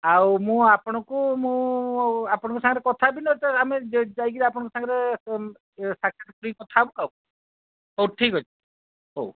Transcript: ଆଉ ମୁଁ ଆପଣଙ୍କୁ ମୁଁ ଆପଣଙ୍କ ସାଙ୍ଗରେ କଥା ହେବି ଆମେ ଯାଇ ଯାଇକି ଆପଣଙ୍କ ସାଙ୍ଗରେ ସାକ୍ଷାତ କରି କଥା ହେବୁ ହଉ ଠିକ୍ ଅଛି ହଉ